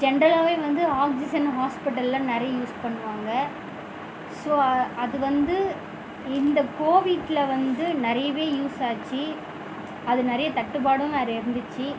ஜென்ரலாகவே வந்து ஆக்சிஜன் ஹாஸ்பிட்டலில் நிறைய யூஸ் பண்ணுவாங்க ஸோ அது வந்து இந்த கோவிட்டில் வந்து நிறையவே யூஸ் ஆச்சு அது நிறைய தட்டுப்பாடும் வேறு இருந்துச்சு